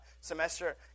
semester